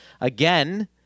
again